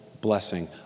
blessing